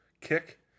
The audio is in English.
kick